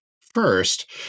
First